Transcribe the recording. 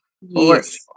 Yes